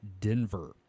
Denver